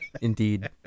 Indeed